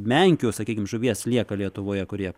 menių sakykim žuvies lieka lietuvoje kurie